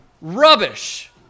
rubbish